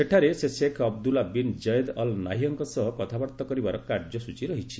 ସେଠାରେ ସେ Sheikh Abdullah bin Zayed Al ନାହିୟାଁଙ୍କ ସହ କଥାବାର୍ତ୍ତା କରିବାର କାର୍ଯ୍ୟସ୍ଚୀ ରହିଛି